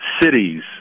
cities